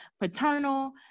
paternal